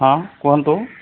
ହଁ କୁହନ୍ତୁ